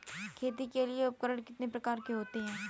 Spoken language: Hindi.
खेती के लिए उपकरण कितने प्रकार के होते हैं?